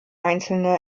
einzelne